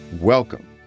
Welcome